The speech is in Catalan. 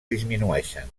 disminueixen